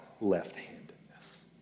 left-handedness